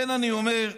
אני אומר,